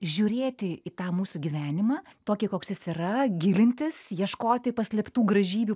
žiūrėti į tą mūsų gyvenimą tokį koks jis yra gilintis ieškoti paslėptų gražybių